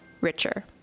richer